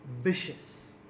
vicious